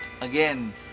again